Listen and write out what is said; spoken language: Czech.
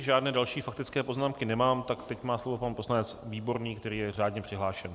Žádné další faktické poznámky nemám, tak teď má slovo pan poslanec Výborný, který je řádně přihlášen.